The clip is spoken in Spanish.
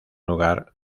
lugar